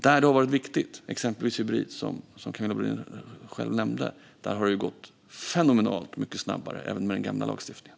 Där det har varit viktigt, exempelvis med Hybrit, som Camilla Brodin själv nämnde, har det gått fenomenalt mycket snabbare även med den gamla lagstiftningen.